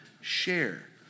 share